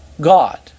God